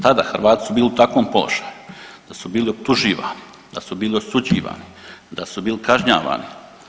Tada Hrvati su bili u takvom položaju da su bili optuživani, da su bili osuđivani, da su bili kažnjavani.